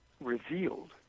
revealed